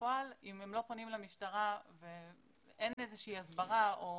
ובפועל הם לא פונים למשטרה ואין איזושהי הסברה או